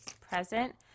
present